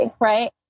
Right